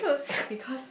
because